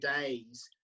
days